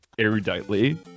eruditely